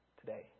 today